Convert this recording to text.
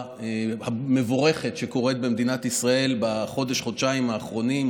המבורכת שקורית במדינת ישראל בחודש-חודשיים האחרונים,